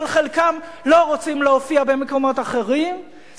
אבל חלקם לא רוצים להופיע במקומות אחרים.